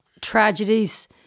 tragedies